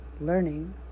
Learning